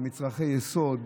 במצרכי יסוד,